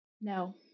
No